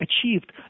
achieved